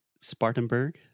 Spartanburg